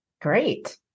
Great